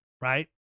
right